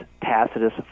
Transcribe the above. Tacitus